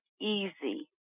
easy